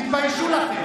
תתביישו לכם.